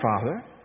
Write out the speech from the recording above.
father